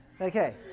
Okay